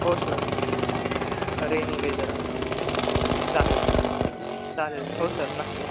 हो sir rainy weather आहे हां चालेल सर चालेल हो सर नक्की